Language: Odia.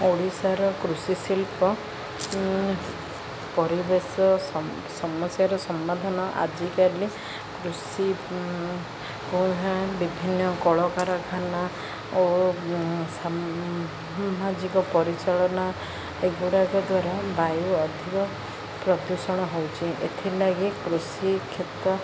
ଓଡ଼ିଶାର କୃଷିଶିଳ୍ପ ପରିବେଶ ସମସ୍ୟାର ସମାଧାନ ଆଜିକାଲି କୃଷିକୁ ଏହା ବିଭିନ୍ନ କଳକାରଖାନା ଓ ସାମାଜିକ ପରିଚାଳନା ଏଗୁଡ଼ାକ ଦ୍ୱାରା ବାୟୁ ଅଧିକ ପ୍ରଦୂଷଣ ହେଉଛି ଏଥିଲାଗି କୃଷିକ୍ଷେତ୍ର